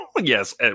Yes